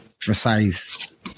precise